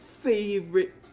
favorite